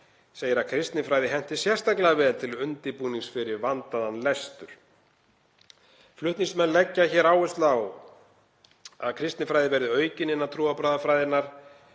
segir að kristinfræði henti sérstaklega vel til undirbúnings fyrir vandaðan lestur. Flutningsmenn leggja til að áhersla á kristinfræði verði aukin innan trúarbragðafræðinnar.